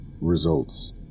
Results